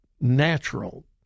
natural